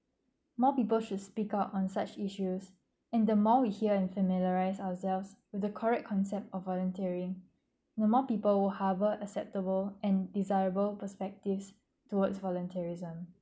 more people should speak out on such issues and the more we hear and familiarise ourselves with the correct concept of volunteering the more people would hover acceptable and desirable perspectives toward voluntarism